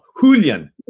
Julian